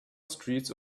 streets